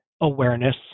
awareness